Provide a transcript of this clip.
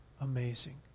Amazing